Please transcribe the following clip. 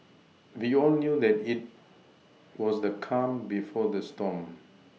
we all knew that it was the calm before the storm